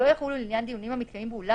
לא יחולו לעניין דיונים המתקיימים באולם